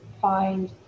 find